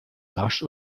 rasch